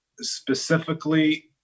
Specifically